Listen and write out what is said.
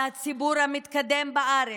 על הציבור המתקדם בארץ,